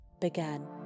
began